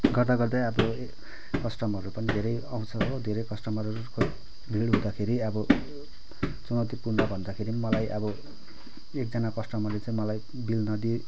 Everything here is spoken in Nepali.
गर्दा गर्दै अब कस्टमरहरू पनि धेरै आउँछ हो धेरै कस्टमरहरूको भिड हुँदाखेरि अब चुनौतीपूर्ण भन्दाखेरि पनि मलाई अब एकजना कस्टमरले चाहिँ मलाई बिल नदिइ